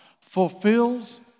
fulfills